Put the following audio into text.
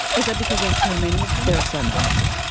is that because there are so many of them? there are so many of them,